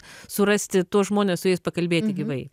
surasti tuos žmones su jais pakalbėti gyvai